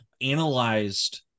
analyzed